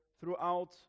throughout